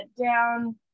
down